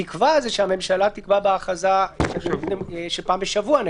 התקווה, שהממשלה תקבע בהכרזה שפעם בשבוע.